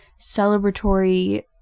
celebratory